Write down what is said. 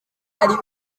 ari